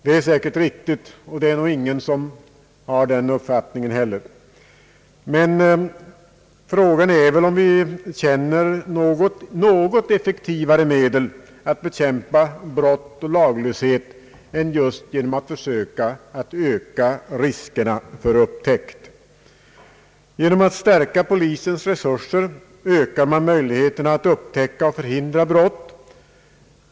En sådan invändning är naturligtvis riktig. Men frågan är om vi känner till något effektivare medel att bekämpa brott och laglöshet än just att öka riskerna för upptäckt. Genom att stärka polisens resurser ökar man möjligheterna att upptäcka och förhindra brott.